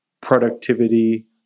productivity